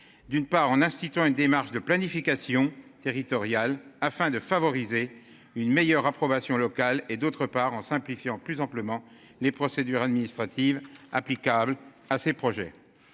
D'une part en instituant une démarche de planification territoriale afin de favoriser une meilleure approbation locale et d'autre part, en simplifiant plus amplement les procédures administratives applicables à ces projets.